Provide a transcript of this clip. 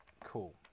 Cool